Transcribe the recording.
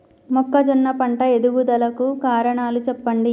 మొక్కజొన్న పంట ఎదుగుదల కు కారణాలు చెప్పండి?